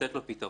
לתת לו פתרון